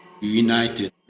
United